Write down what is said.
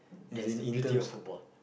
that's the beauty of football